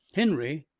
henry,